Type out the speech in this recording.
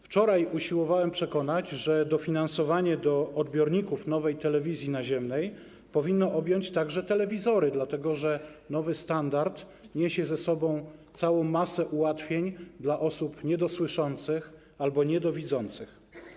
Wczoraj usiłowałem przekonać, że dofinansowanie do odbiorników nowej telewizji naziemnej powinno objąć także telewizory, dlatego że nowy standard niesie ze sobą całą masę ułatwień dla osób niedosłyszących albo niedowidzących.